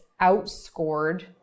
outscored